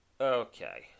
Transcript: Okay